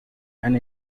and